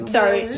Sorry